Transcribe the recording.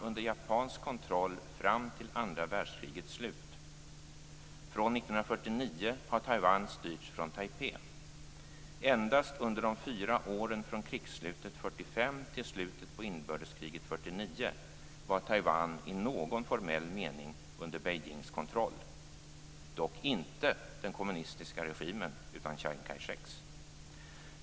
Endast under de fyra åren från krigsslutet 1945 till slutet på inbördeskriget 1949 var Taiwan i någon formell mening under Beijings kontroll - dock inte den kommunistiska regimens utan Chiang Kai-sheks.